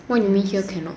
what you mean here cannot